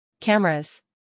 Cameras